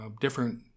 different